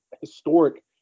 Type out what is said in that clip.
historic